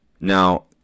Now